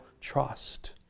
trust